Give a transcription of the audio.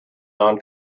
non